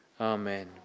Amen